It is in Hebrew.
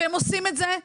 והם עושים את זה,